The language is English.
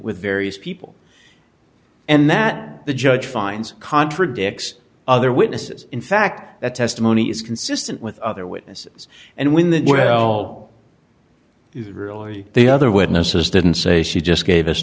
with various people and that the judge finds contradicts other witnesses in fact that testimony is consistent with other witnesses and when the well really the other witnesses didn't say she just gave us